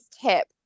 tip